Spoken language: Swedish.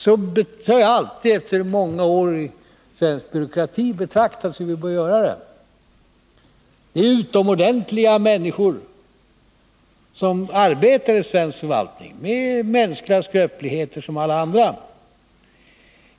Så har jag alltid, efter många år i svensk byråkrati, ansett att vi bör göra. Det är utomordentliga människor som arbetar i svensk förvaltning, med mänskliga skröpligheter som alla andra.